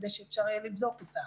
כדי שאפשר יהיה לבדוק אותה.